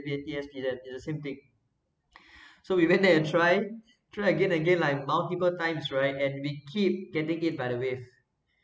E_S_P_N it's the same thing so we went there and try try again again like multiple times right and we keep getting it by the wave